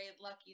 lucky